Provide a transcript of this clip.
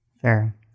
Fair